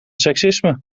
seksisme